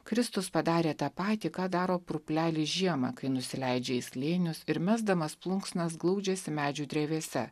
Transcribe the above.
kristus padarė tą patį ką daro purplelis žiemą kai nusileidžia į slėnius ir mesdamas plunksnas glaudžiasi medžių drevėse